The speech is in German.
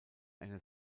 einer